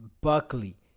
buckley